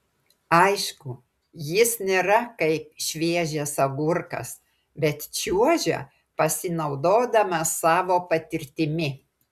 aišku jis nėra kaip šviežias agurkas bet čiuožia pasinaudodamas savo patirtimi